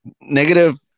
negative